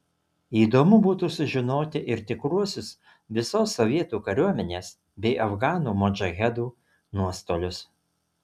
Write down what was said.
įdomu būtų sužinoti ir tikruosius visos sovietų kariuomenės bei afganų modžahedų nuostolius